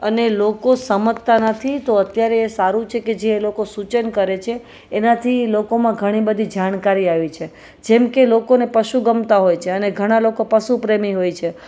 અને લોકો સમજતાં નથી તો અત્યારે એ સારું છે કે જે લોકો સૂચન કરે છે એનાથી લોકોમાં ઘણી બધી જાણકારી આવી છે જેમકે લોકોને પશુ ગમતાં હોય છે અને ઘણાં લોકો પશુ પ્રેમી હોય છે